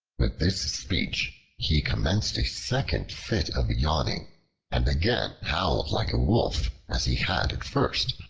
with this speech he commenced a second fit of yawning and again howled like a wolf, as he had at first.